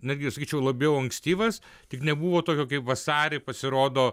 netgi sakyčiau labiau ankstyvas tik nebuvo tokio kaip vasarį pasirodo